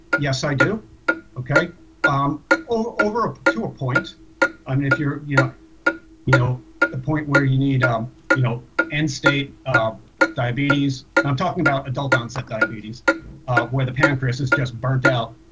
yes i do okay um over ah to a point and i mean if you're you know you know the point where you need um you know n state um diabetes i'm talking about adult onset diabetes where the pancreas is just burnt out